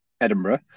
Edinburgh